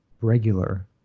regular